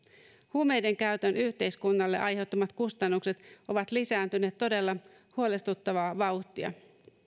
huumeidenkäytön yhteiskunnalle aiheuttamat kustannukset ovat lisääntyneet todella huolestuttavaa vauhtia